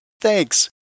Thanks